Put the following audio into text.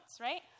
right